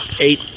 Eight